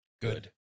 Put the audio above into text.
Good